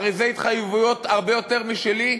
הרי אלה התחייבויות הרבה יותר משלי,